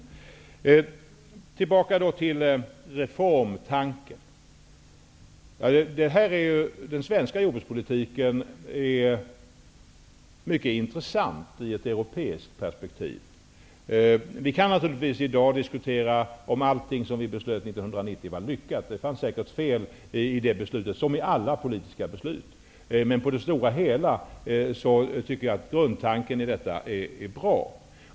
Jag vill återkomma till reformtanken. Den svenska jordbrukspolitiken är mycket intressant i ett europeiskt perspektiv. Vi kan ju diskutera om allting som beslutades 1990 var lyckat. Det fanns säkert felaktigheter i detta beslut -- som i alla politiska beslut. Men i det stora hela var grundtanken bra.